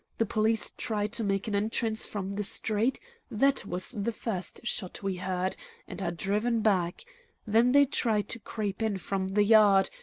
the police try to make an entrance from the street that was the first shot we heard and are driven back then they try to creep in from the yard,